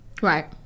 right